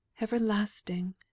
Everlasting